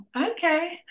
okay